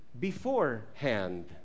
beforehand